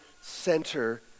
center